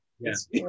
Yes